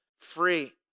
free